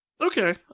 Okay